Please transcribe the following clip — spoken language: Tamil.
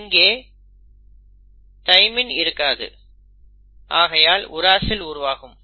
இங்கே தைமைன் இருக்காது ஆகையால் உராசில் உருவாகும்